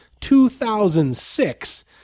2006